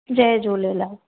Jay Jhulelal